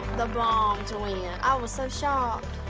the bomb to win. i was so shocked.